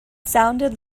sounded